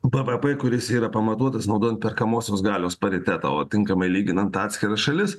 bvp kuris yra pamatuotas naudojant perkamosios galios paritetą o tinkamai lyginant atskiras šalis